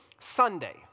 Sunday